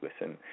listen